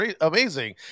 amazing